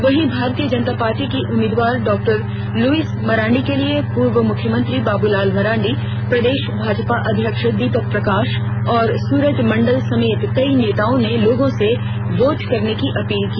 वहीं भारतीय जनता पार्टी की उम्मीदवार डॉ लुईस मरांडी के लिए पूर्व मुख्यमंत्री बाबूलाल मरांडी प्रदेश भाजपा अध्यक्ष दीपक प्रकाश और सुरज मंडल समेत कई नेताओं ने लोगों से वोट करने की अपील की